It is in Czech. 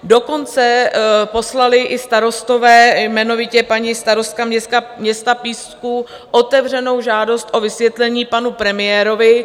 Dokonce poslali i starostové, jmenovitě paní starostka města Písku, otevřenou žádost o vysvětlení panu premiérovi.